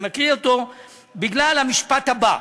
אני מקריא אותו בגלל המשפט הבא: